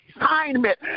assignment